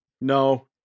No